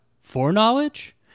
foreknowledge